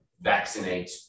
vaccinate